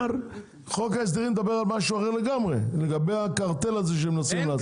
חוק ההסדרים מדבר על הקרטל הזה שמנסים לעשות.